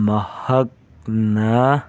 ꯃꯍꯥꯛꯅ